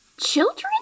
Children